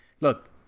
look